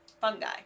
Fungi